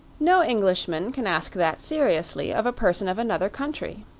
no englishman can ask that seriously of a person of another country.